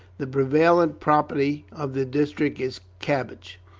the prevalent property of the district is cabbage.